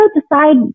decide